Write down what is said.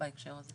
בהקשר הזה.